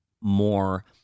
more